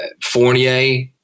Fournier